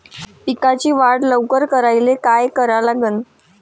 पिकाची वाढ लवकर करायले काय करा लागन?